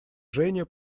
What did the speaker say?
женя